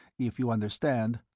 if you understand,